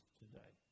today